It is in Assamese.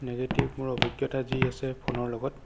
নিগেটিভ মোৰ অভিজ্ঞতা যি আছে ফোনৰ লগত